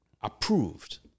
approved